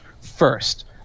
first